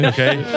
Okay